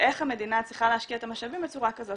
ואיך המדינה צריכה להשקיע את המשאבים בצורה כזאת